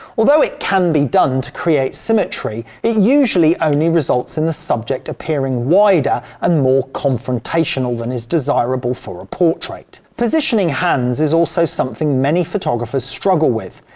although it can be done to create symmetry it usually only results in the subject appearing wider and more confrontational than is desirable for a portrait. positioning hands is also something many photographers struggle with.